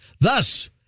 Thus